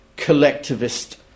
collectivist